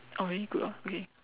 oh really good orh okay